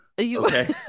Okay